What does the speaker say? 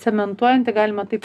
cementuojanti galima taip